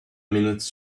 minutes